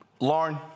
Lauren